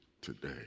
today